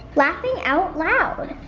laughing out loud.